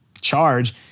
charge